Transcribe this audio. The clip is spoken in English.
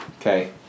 Okay